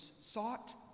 sought